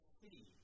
see